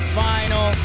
final